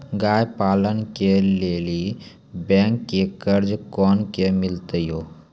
गाय पालन के लिए बैंक से कर्ज कोना के मिलते यो?